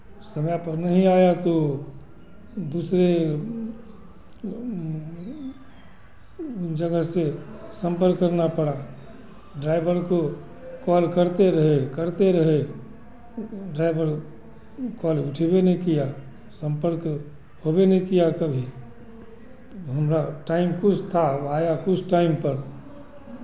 समय पर नहीं आया तो दूसरे जगह से सम्पर्क करना पड़ा ड्राइवर को कॉल करते रहे करते रहे ड्राइवर वो कॉल उठेबे नहीं किया सम्पर्क होबे नहीं किया कभी हमरा टाइम कुछ था अब आया कुछ टाइम पर